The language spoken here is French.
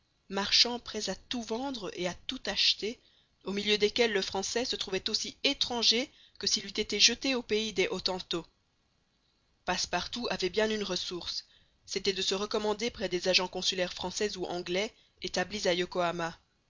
marchands prêts à tout vendre et à tout acheter au milieu desquels le français se trouvait aussi étranger que s'il eût été jeté au pays des hottentots passepartout avait bien une ressource c'était de se recommander près des agents consulaires français ou anglais établis à yokohama